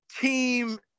team